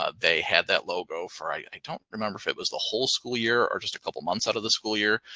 ah they had that logo for. i don't remember if it was the whole school year or just a couple of months out of the school year.